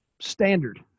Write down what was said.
standard